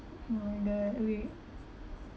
oh my god uh we